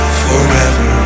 forever